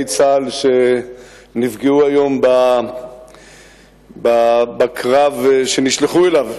צה"ל שנפגעו היום בקרב שהם נשלחו אליו,